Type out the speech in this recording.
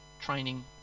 training